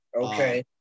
Okay